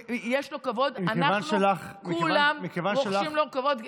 יש לו כבוד, מכיוון שלך, כולם רוחשים לו כבוד.